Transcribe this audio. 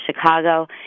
Chicago